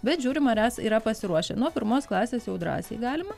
bet žiūrim ar mes yra pasiruošę nuo pirmos klasės jau drąsiai galima